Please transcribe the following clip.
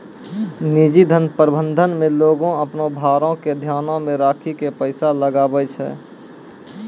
निजी धन प्रबंधन मे लोगें अपनो भारो के ध्यानो मे राखि के पैसा लगाबै छै